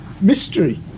mystery